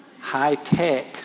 high-tech